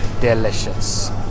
delicious